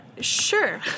sure